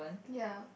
ya